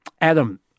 Adam